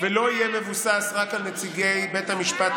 הוא בטוח,